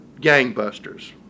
gangbusters